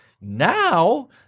Now